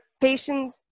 patient